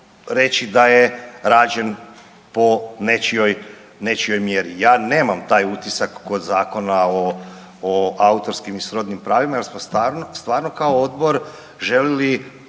da je rađen po nečijoj, nečijoj mjeri. Ja nemam taj utisak kod Zakona o autorskim i srodnim pravima jer smo stvarno kao odbor željeli